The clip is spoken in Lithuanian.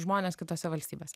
žmones kitose valstybėse